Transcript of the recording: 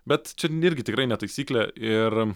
bet čia irgi tikrai ne taisyklė ir